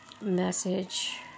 message